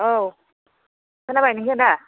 औ खोनाबाय नोंसोरो